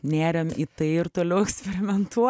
nėrėm į tai ir toliau eksperimentuo